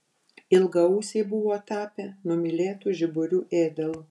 ilgaausiai buvo tapę numylėtu žiburių ėdalu